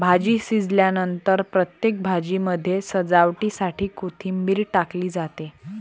भाजी शिजल्यानंतर प्रत्येक भाजीमध्ये सजावटीसाठी कोथिंबीर टाकली जाते